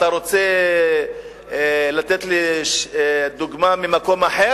אתה רוצה לתת לי דוגמה ממקום אחר?